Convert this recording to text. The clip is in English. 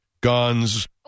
guns